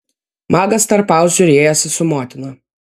magas tarp pauzių riejasi su motina